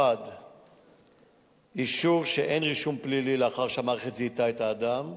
1. אישור שאין רישום פלילי לאחר שהמערכת זיהתה את האדם,